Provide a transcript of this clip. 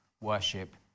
worship